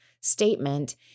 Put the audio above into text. statement